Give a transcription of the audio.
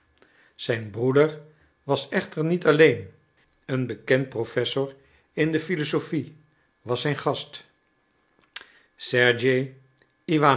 zijn broeder was echter niet alleen een bekend professor in de philosophie was zijn gast sergei